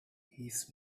his